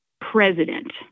president